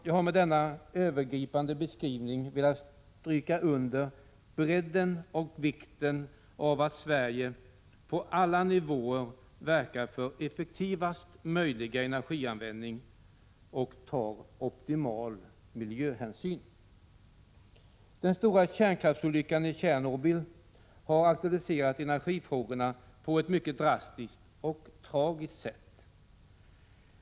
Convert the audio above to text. Jag har med denna övergripande beskrivning velat stryka under bredden och vikten av att Sverige på alla nivåer verkar för effektivaste möjliga energianvändning och optimal miljöhänsyn. Den stora kärnkraftsolyckan i Tjernobyl har aktualiserat energifrågorna på ett mycket drastiskt och tragiskt sätt.